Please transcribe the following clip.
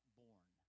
born